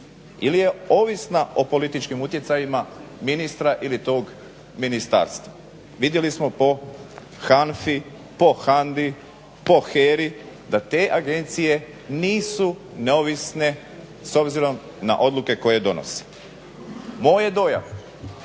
ili je ovisna o političkim utjecajima ministra ili tog ministarstva, vidjela smo po HANFA-i, po HANDA-i, po HERA-i da te agencije nisu neovisne s obzirom na odluke koje donose. Moj je dojam